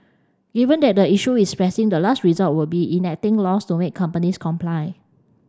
given that the issue is pressing the last resort would be enacting laws to make companies comply